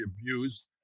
abused